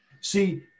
See